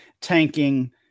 tanking